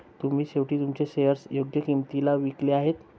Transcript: तुम्ही शेवटी तुमचे शेअर्स योग्य किंमतीला विकले आहेत